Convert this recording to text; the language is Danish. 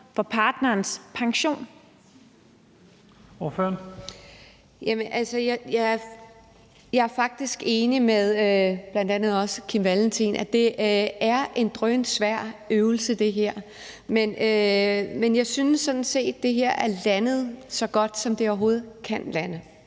Charlotte Munch (DD): Jeg er faktisk enig med bl.a. hr. Kim Valentin i, at det her er en drønsvær øvelse, men jeg synes sådan set, at det her er landet så godt, som det overhovedet kan lande.